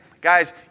guys